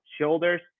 shoulders